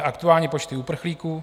Aktuální počty uprchlíků.